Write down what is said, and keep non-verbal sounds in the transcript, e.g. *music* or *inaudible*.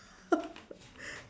*laughs* *breath*